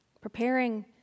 Preparing